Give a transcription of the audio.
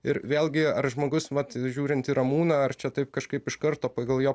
ir vėlgi ar žmogus vat žiūrint į ramūną ar čia taip kažkaip iš karto pagal jo